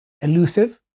elusive